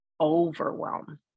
overwhelm